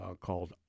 called